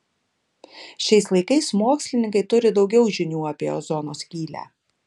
šiais laikais mokslininkai turi daugiau žinių apie ozono skylę